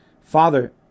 Father